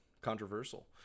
Controversial